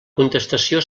contestació